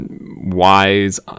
wise